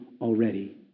already